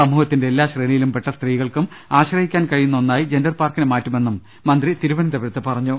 സമൂ ഹത്തിന്റെ എല്ലാ ശ്രേണിയിലുംപെട്ട സ്ത്രീകൾക്കും ആശ്രയിക്കാൻ കഴിയുന്ന ഒന്നായി ജന്റർ പാർക്കിനെ മാറ്റുമെന്നും മന്ത്രി തിരുവന ന്തപുരത്ത് അറിയിച്ചു